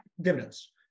dividends